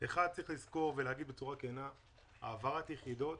צריך לזכור ולומר בצורה כנה שהעברת יחידות